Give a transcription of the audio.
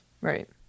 Right